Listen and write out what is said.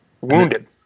Wounded